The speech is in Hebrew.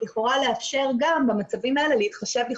לכאורה לאפשר גם במצבים האלה להתחשב יותר